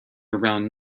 around